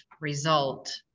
result